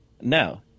no